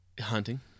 Hunting